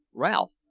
ralph.